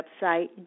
website